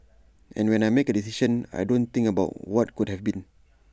and when I make A decision I don't think about what could have been